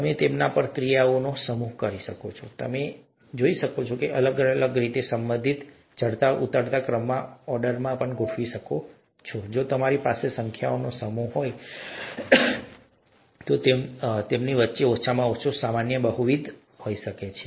તમે તેમના પર ક્રિયાઓનો સમૂહ કરી શકો છો અને તમે એ પણ જોઈ શકો છો કે તેઓ અલગ અલગ રીતે સંબંધિત છે તમે તેમને ચડતા ઉતરતા ક્રમમાં ઓર્ડર કરી શકો છો જો તમારી પાસે સંખ્યાઓનો સમૂહ હોય તો તેમની વચ્ચે ઓછામાં ઓછા સામાન્ય બહુવિધ હોઈ શકે છે